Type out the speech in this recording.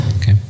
Okay